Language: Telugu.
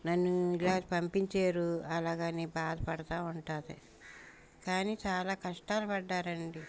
నన్ను ఇలాగ పంపించారు అలాగని బాధపడుతూ ఉంటుంది కానీ చాలా కష్టాలు పడ్డారండి